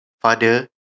father